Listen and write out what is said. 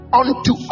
unto